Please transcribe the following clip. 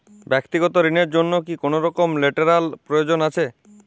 ব্যাক্তিগত ঋণ র জন্য কি কোনরকম লেটেরাল প্রয়োজন আছে?